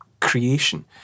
creation